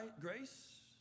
grace